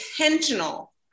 intentional